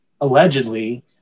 allegedly